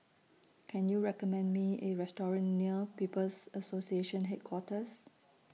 Can YOU recommend Me A Restaurant near People's Association Headquarters